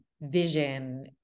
vision